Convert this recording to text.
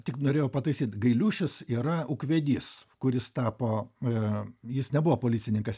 tik norėjau pataisyt gailiušis yra ūkvedys kuris tapo jis nebuvo policininkas